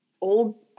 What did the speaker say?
old